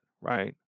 right